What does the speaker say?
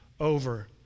over